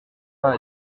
pas